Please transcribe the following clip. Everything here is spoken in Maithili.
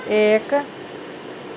एक